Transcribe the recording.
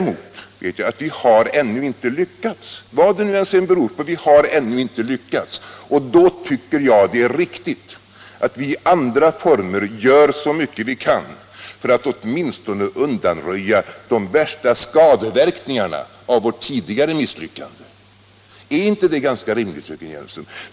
Men vi har ännu inte lyckats — vad det sedan än beror på — och då tycker jag det är riktigt att vi i andra former gör så mycket vi kan för att åtminstone undanröja de värsta skadeverkningarna av vårt tidigare misslyckande. Är inte det ganska rimligt, fröken Hjelmström?